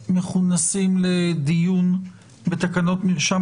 אנחנו מכונסים לדיון בתקנות מרשם